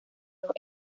dos